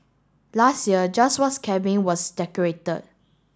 last year just once cabin was decorated